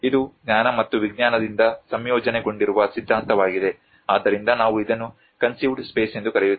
ಇದು ಜ್ಞಾನ ಮತ್ತು ವಿಜ್ಞಾನದಿಂದ ಸಂಯೋಜನೆಗೊಂಡಿರುವ ಸಿದ್ಧಾಂತವಾಗಿದೆ ಆದ್ದರಿಂದ ನಾವು ಇದನ್ನು ಕನ್ಸೀವ್ಡ್ ಸ್ಪೇಸ್ ಎಂದು ಕರೆಯುತ್ತೇವೆ